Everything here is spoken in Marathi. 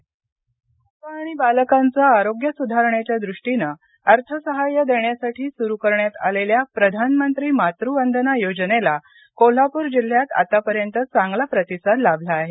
मातवंदना कोल्हापर माता आणि बालकांच आरोग्य सुधारण्याच्या दृष्टिने अर्थ सहाय्य देण्यासाठी सुरु करण्यात आलेल्या प्रधानमंत्री मात् वंदना योजनेला कोल्हापूर जिल्ह्यात आतापर्यंत चांगला प्रतिसाद लाभला आहे